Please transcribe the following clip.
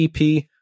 EP